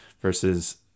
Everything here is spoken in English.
versus